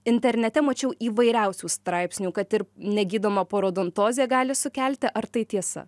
internete mačiau įvairiausių straipsnių kad ir negydoma parodontozė gali sukelti ar tai tiesa